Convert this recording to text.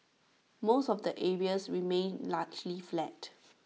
most of the areas remained largely flat